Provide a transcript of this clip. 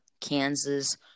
Kansas